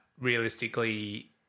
realistically